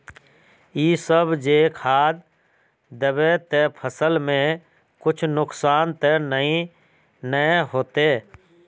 इ सब जे खाद दबे ते फसल में कुछ नुकसान ते नय ने होते